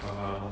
(uh huh)